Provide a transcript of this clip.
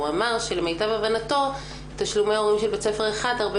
הוא אמר שלמיטב הבנתו תשלומי הורים של בית ספר אחד הרבה